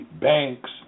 banks